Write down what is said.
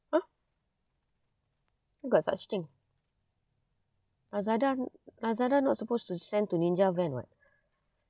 !huh! where got such thing lazada lazada not supposed to send to ninja van [what]